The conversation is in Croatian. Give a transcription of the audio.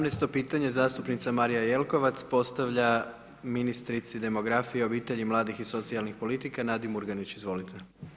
18-to pitanje zastupnica Marija Jelkovac postavlja ministrici demografije obitelji mladih i socijalnih politika, Nadi Murganić, izvolite.